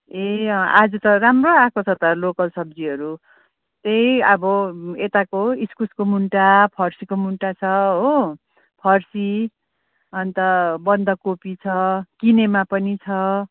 ए अँ आज त राम्रो आएको छ त लोकल सब्जीहरू त्यही अब यताको इस्कुसको मुन्टा फर्सीको मुन्टा छ हो फर्सी अनि त बन्दाकोपी छ किनेमा पनि छ